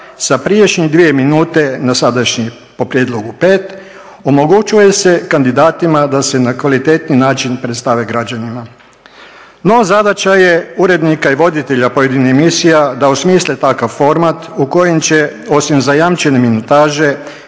sa prijašnje 2 minute na sadašnje po prijedlogu 5, omogućuje se kandidatima da se na kvalitetniji način predstave građanima. No zadaća je urednika i voditelja pojedinih emisija da osmisle takav format u kojem će osim zajamčene minutaže